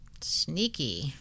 Sneaky